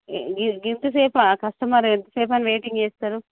ఎంతసేపు ఆ కస్టమర్ ఎంతసేపు అని వెయిటింగ్ చేస్తారు